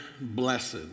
blessed